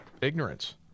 ignorance